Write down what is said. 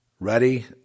ready